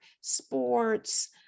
sports